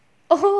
oh